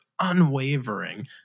unwavering